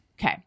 Okay